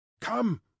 Come